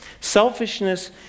Selfishness